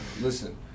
Listen